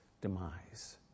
demise